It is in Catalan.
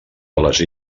illes